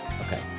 Okay